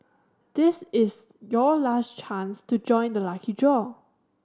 this is your last chance to join the lucky draw